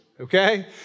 okay